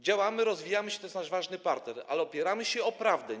Działamy, rozwijamy się, to jest nasz ważny partner, ale opieramy się na prawdzie.